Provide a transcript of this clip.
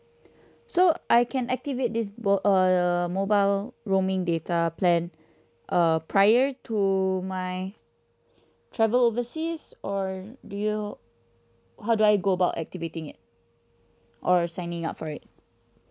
so I can activate this board uh mobile roaming data plan uh prior to my travel overseas or do you how do I go about activating it or signing up for it